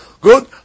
Good